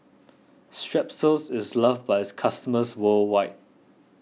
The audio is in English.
Strepsils is loved by its customers worldwide